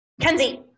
Kenzie